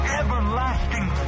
everlasting